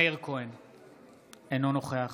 אינו נוכח